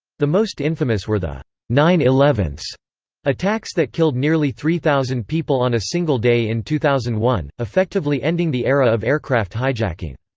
the most infamous were the nine eleven so attacks that killed nearly three thousand people on a single day in two thousand and one, effectively ending the era of aircraft hijacking.